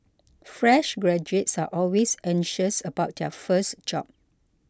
fresh graduates are always anxious about their first job